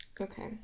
Okay